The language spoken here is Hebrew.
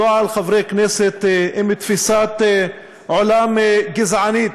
לא על חברי כנסת עם תפיסת עולם גזענית,